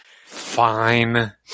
Fine